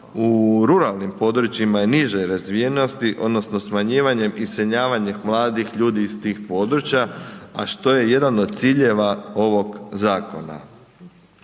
u ruralnim područjima i niže razvijenosti odnosno smanjivanjem iseljavanja mladih ljudi iz tih područja, a što je jedan od ciljeva ovog zakona.